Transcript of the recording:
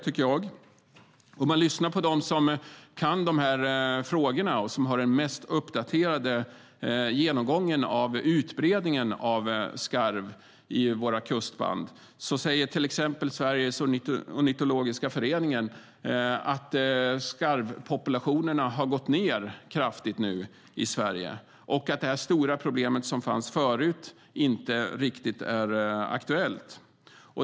Lyssnar man på dem som kan dessa frågor och har den mest uppdaterade genomgången av utbredningen av skarv i våra kustband säger till exempel Sveriges Ornitologiska Förening att skarvpopulationerna har minskat kraftigt i Sverige och att det stora problem som fanns förut inte är aktuellt.